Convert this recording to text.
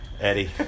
Eddie